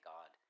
God